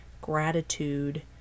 gratitude